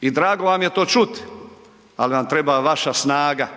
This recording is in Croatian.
i drago vam je to čut, ali nam treba vaša snaga,